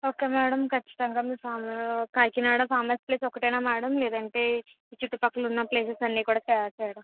okay madam ఖచ్చితంగా మీ pharma Kakinada pharma city ఒకటేనా మేడం లేదంటే ఈ చుట్టుపక్కల ఉన్న ప్లేసెస్ అన్ని కూడా కవర్ చేయాలా